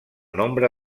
nombre